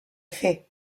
fer